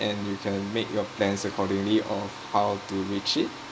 and you can make your plans accordingly of how to reach it